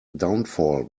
downfall